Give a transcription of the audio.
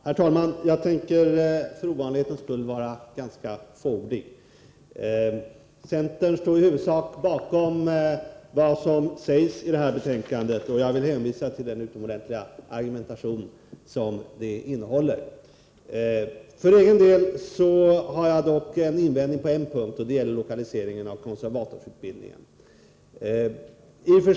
Herr talman! Jag tänker för ovanlighetens skull vara ganska fåordig. Centern står i huvudsak bakom vad som sägs i detta betänkande. Jag vill hänvisa till den utomordentliga argumentation som det innehåller. För egen del har jag dock en invändning på en punkt. Det gäller lokaliseringen av konservatorsutbildningen.